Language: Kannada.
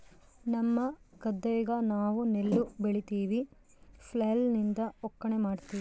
ನಮ್ಮ ಗದ್ದೆಗ ನಾವು ನೆಲ್ಲು ಬೆಳಿತಿವಿ, ಫ್ಲ್ಯಾಯ್ಲ್ ಲಿಂದ ಒಕ್ಕಣೆ ಮಾಡ್ತಿವಿ